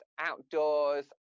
outdoors